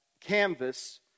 canvas